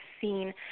seen